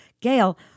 Gail